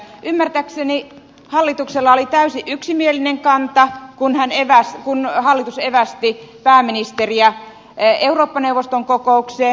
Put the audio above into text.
ymmärtääkseni hallituksella oli täysin yksimielinen kanta kun hallitus evästi pääministeriä eurooppa neuvoston kokoukseen